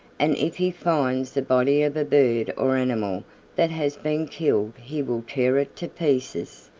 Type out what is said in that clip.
and if he finds the body of a bird or animal that has been killed he will tear it to pieces.